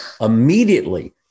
immediately